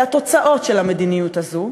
אל התוצאות של המדיניות הזאת,